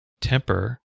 temper